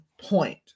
point